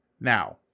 Now